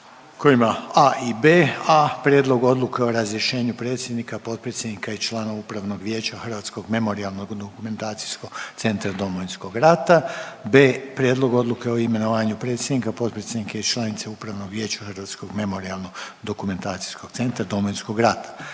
sa a i b. Pod a) Prijedlog Odluke o razrješenju predsjednika, potpredsjednika i člana Upravnog vijeća Hrvatskog memorijalno-dokumentacijskog centra Domovinskog rata i b)Prijedlog Odluke o imenovanju predsjednika, potpredsjednika i članice Upravnog vijeća Hrvatskog memorijalno-dokumentacijskog centra Domovinskog rata